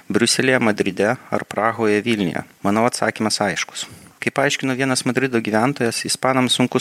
briuselyje madride ar prahoje vilniuje manau atsakymas aiškus kaip paaiškino vienas madrido gyventojas ispanams sunku